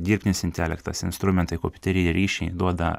dirbtinis intelektas instrumentai kopiuterija ryšiai duoda